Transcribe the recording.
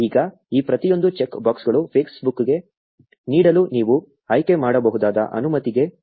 ಈಗ ಈ ಪ್ರತಿಯೊಂದು ಚೆಕ್ ಬಾಕ್ಸ್ಗಳು ಫೇಸ್ಬುಕ್ಗೆ ನೀಡಲು ನೀವು ಆಯ್ಕೆಮಾಡಬಹುದಾದ ಅನುಮತಿಗೆ ಅನುಗುಣವಾಗಿರುತ್ತವೆ